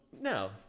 no